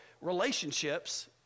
relationships